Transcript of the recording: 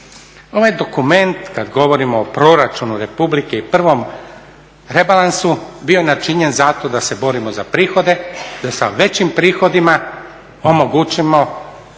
Ovaj dokument, kad govorimo o proračunu RH i prvom rebalansu bio je načinjen zato da se borimo za prihode, da sa većim prihodima omogućimo